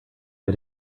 way